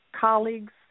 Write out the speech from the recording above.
colleagues